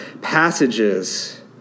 passages